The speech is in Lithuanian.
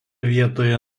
vietoje